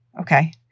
okay